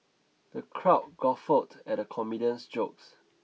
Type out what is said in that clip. the crowd guffawed at the comedian's jokes